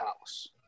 house